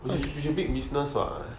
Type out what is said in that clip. which it is a big business what